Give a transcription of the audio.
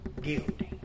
Guilty